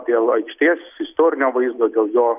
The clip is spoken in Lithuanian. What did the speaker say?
dėl aikštės istorinio vaizdo dėl jo